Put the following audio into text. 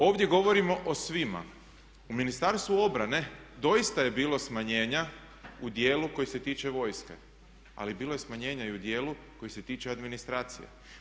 Ovdje govorimo o svima, u Ministarstvu obrane doista je bilo smanjenja u djelu koji se tiče vojske, ali bilo je smanjenja i u djela koji se tiče administracije.